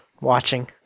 watching